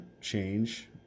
change